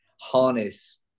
harness